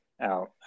out